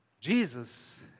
Jesus